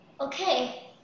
Okay